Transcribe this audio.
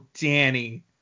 Danny